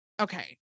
Okay